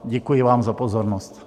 Děkuji vám za pozornost.